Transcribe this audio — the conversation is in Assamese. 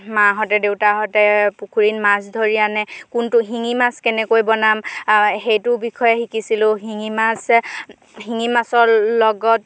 মাহঁতে দেউতাহঁতে পুখুৰীত মাছ ধৰি আনে কোনটো শিঙি মাছ কেনেকৈ বনাম সেইটোৰ বিষয়ে শিকিছিলোঁ শিঙি মাছ শিঙি মাছৰ লগত